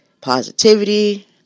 positivity